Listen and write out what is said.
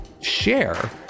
share